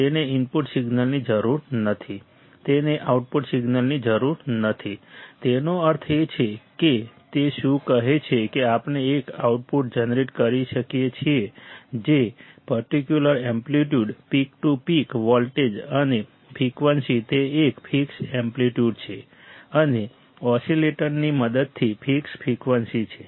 તેને ઇનપુટ સિગ્નલની જરૂર નથી તેને ઇનપુટ સિગ્નલની જરૂર નથી તેનો અર્થ એ છે કે તે શું કહે છે કે આપણે એક આઉટપુટ જનરેટ કરી શકીએ છીએ જે particular amplitude peak to peak voltage અને ફ્રિકવન્સી તે એક ફિક્સ્ડ એમ્પ્લિટ્યૂડ છે અને ઓસીલેટરની મદદથી ફિક્સ્ડ ફ્રિકવન્સી છે